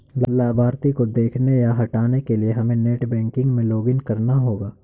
लाभार्थी को देखने या हटाने के लिए हमे नेट बैंकिंग में लॉगिन करना होगा